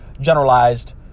generalized